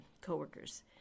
coworkers